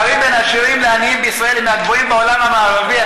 הפערים בין עשירים לעניים בישראל הם מהגבוהים בעולם המערבי,